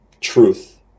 Truth